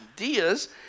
ideas